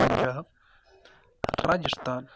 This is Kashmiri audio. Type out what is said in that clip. پَنجاب راجِستان